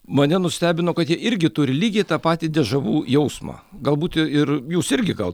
mane nustebino kad jie irgi turi lygiai tą patį dežavu jausmą galbūt ir jūs irgi gal